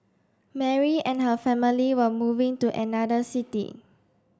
Mary and her family were moving to another city